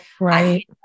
right